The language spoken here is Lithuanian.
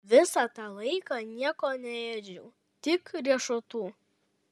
visą tą laiką nieko neėdžiau tik riešutų